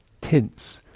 tints